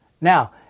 Now